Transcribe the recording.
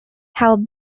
have